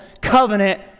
covenant